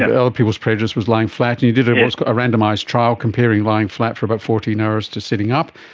and other people's prejudice was lying flat, and you did and what's called a randomised trial, comparing lying flat for about fourteen hours to sitting up.